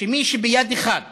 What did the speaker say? שמי שביד אחת